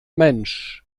mensch